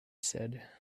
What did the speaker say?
said